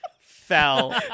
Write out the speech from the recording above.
fell